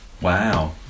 Wow